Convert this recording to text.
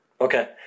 Okay